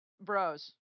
bros